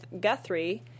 Guthrie